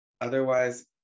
otherwise